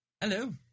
Hello